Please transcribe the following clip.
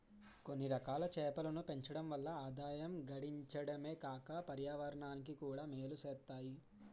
కొన్నిరకాల చేపలను పెంచడం వల్ల ఆదాయం గడించడమే కాక పర్యావరణానికి కూడా మేలు సేత్తాయి